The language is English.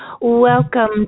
welcome